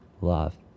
love